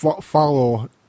follow